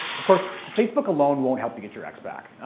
of course, facebook alone won't help you get your ex back,